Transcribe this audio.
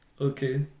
Okay